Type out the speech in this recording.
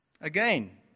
Again